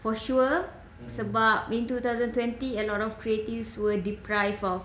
for sure sebab in two thousand twenty and none of creatives were deprived of